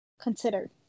consider